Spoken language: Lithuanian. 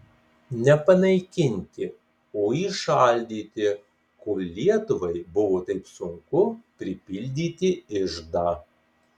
ne panaikinti o įšaldyti kol lietuvai buvo taip sunku pripildyti iždą